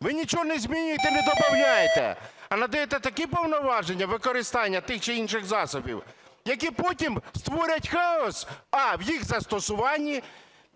Ви нічого не змінюєте і не добавляєте, а надаєте такі повноваження, використання тих чи інших засобів, які потім створять хаос: а) в їх застосуванні,